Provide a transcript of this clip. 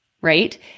right